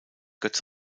götz